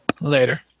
later